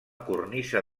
cornisa